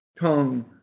tongue